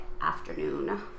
afternoon